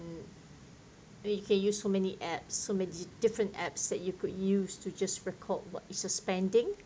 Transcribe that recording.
then you can use so many apps so many different apps that you could use to just record what is your spending